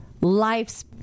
life's